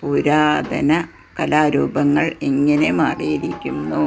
പുരാതന കലാരൂപങ്ങൾ എങ്ങനെ മാറിയിരിക്കുന്നു